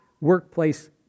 workplace